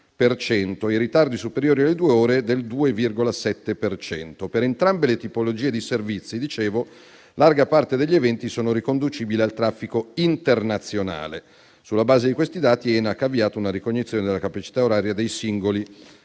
per cento e i ritardi superiori alle due ore del 2,7 per cento. Per entrambe le tipologie di servizi, larga parte degli eventi è riconducibile al traffico internazionale. Sulla base di questi dati, ENAC ha avviato una ricognizione della capacità oraria dei singoli